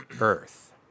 Earth